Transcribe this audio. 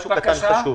משהו קטן וחשוב.